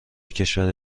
کشور